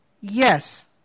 Yes